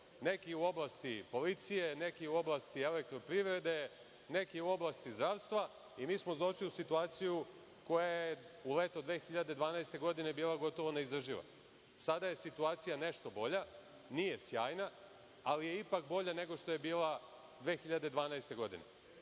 neki u oblasti policije, neki u oblasti elektroprivrede, neki u oblasti zdravstva i mi smo došli u situaciju koja je u leto 2012 godine bila gotovo neizdrživa. Sada je situacija nešto bolja, nije sjajna, ali je ipak bolja nego što je bila 2012 godine. Ovo